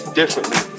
differently